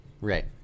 right